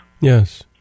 Yes